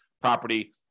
property